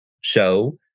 show